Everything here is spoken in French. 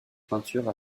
peinture